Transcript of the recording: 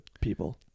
people